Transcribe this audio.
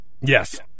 Yes